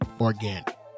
organic